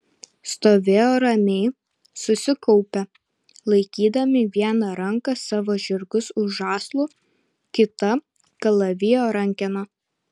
stovėjo ramiai susikaupę laikydami viena ranka savo žirgus už žąslų kita kalavijo rankeną